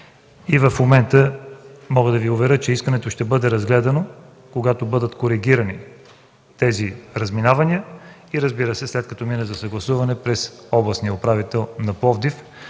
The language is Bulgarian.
В момента мога да Ви уверя, че искането ще бъде разгледано, когато бъдат коригирани разминаванията и, разбира се, след като мине за съгласуване през областния управител на Пловдив,